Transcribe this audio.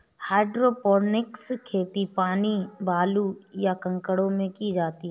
hydroponics खेती पानी, बालू, या कंकड़ों में की जाती है